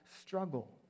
Struggle